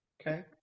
Okay